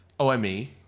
OME